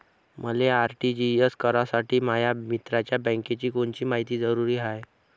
मले आर.टी.जी.एस करासाठी माया मित्राच्या बँकेची कोनची मायती जरुरी हाय?